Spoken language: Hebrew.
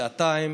שעתיים,